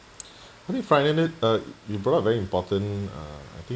I think finally uh you brought up a very important uh I think